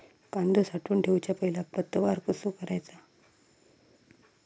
कांदो साठवून ठेवुच्या पहिला प्रतवार कसो करायचा?